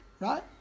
right